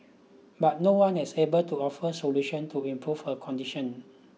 but no one has able to offer solutions to improve her condition